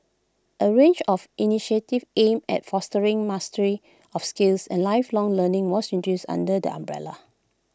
A range of initiatives aimed at fostering mastery of skills and lifelong learning was introduced under the umbrella